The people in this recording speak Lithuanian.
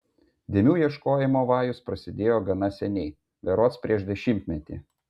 dėmių ieškojimo vajus prasidėjo gana seniai berods prieš dešimtmetį